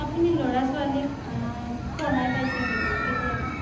আপুনি ল'ৰা ছোৱালীক পঢ়াই পাইছে নেকি কেতিয়াবা